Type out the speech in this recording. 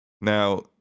Now